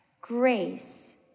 Grace